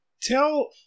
Tell